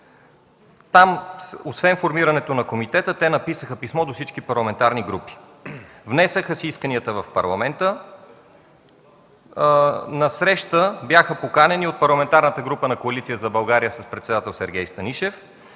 Там, освен формирането на комитета, те написаха писмо до всички парламентарни групи. Внесоха си исканията в Парламента. На среща бяха поканени от Парламентарната група на Коалиция за България с председател Сергей Станишев,